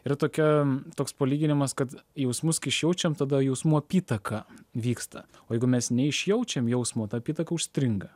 yra tokia toks palyginimas kad jausmus kai išjaučiam tada jausmų apytaka vyksta o jeigu mes neišjaučiam jausmo ta apytaka užstringa